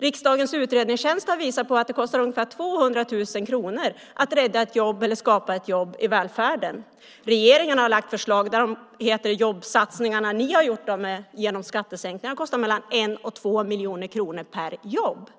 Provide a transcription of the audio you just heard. Riksdagens utredningstjänst har visat att det kostar ungefär 200 000 kronor att rädda eller skapa ett jobb i välfärden. Regeringen har lagt fram förslag där jobbsatsningarna ni har gjort genom skattesänkningar kostar mellan 1 och 2 miljoner kronor per jobb.